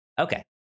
Okay